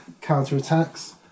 counter-attacks